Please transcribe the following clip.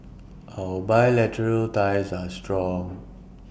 our bilateral ties are strong